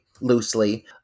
loosely